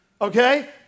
Okay